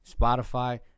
Spotify